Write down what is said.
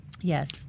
Yes